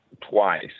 twice